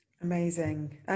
Amazing